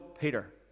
Peter